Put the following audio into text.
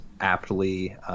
aptly